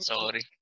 Sorry